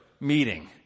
meeting